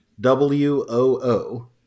W-O-O